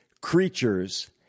creatures